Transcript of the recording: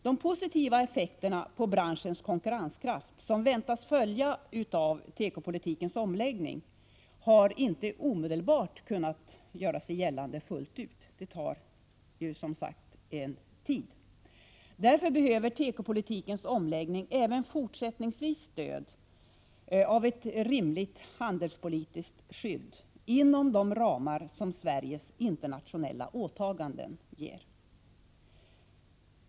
De positiva effekterna på branschens konkurrenskraft som väntas följa av tekopolitikens omläggning har inte omedelbart kunnat göra sig gällande fullt ut. Det tar ju som sagt en tid. Därför behöver tekopolitikens omläggning även fortsättningsvis stöd av ett rimligt handelspolitiskt skydd inom de ramar som Sveriges internationella åtaganden ger.